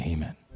Amen